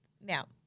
now